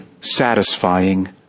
satisfying